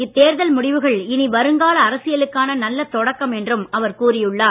இத்தேர்தல் முடிவுகள் இனி வருங்கால அரசியலுக்கான நல்லத் தொடக்கம் என்று அவர் கூறியுள்ளார்